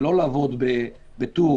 ולא לעבוד בטור,